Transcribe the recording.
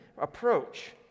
approach